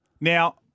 Now